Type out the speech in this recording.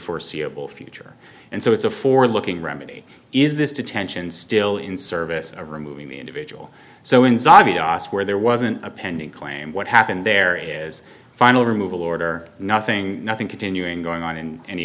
foreseeable future and so it's a forward looking remedy is this detention still in service of removing the individual so in zavvi os where there wasn't a pending claim what happened there is final removal order nothing nothing continuing going on in any